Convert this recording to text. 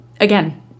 again